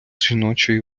жіночої